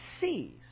sees